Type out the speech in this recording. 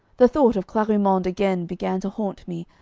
the thought of clarimonde again began to haunt me,